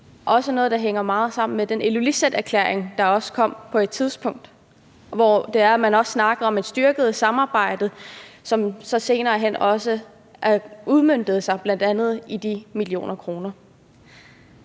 der hænger meget sammen med den Ilulissaterklæring, der kom på et tidspunkt. Der snakkede man om et styrket samarbejde, som så senere hen også udmøntede sig i bl.a. de millioner kroner.